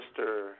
Mr